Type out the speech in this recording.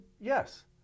yes